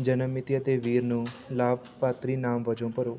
ਜਨਮ ਮਿਤੀ ਅਤੇ ਵੀਰ ਨੂੰ ਲਾਭਪਾਤਰੀ ਨਾਮ ਵਜੋਂ ਭਰੋ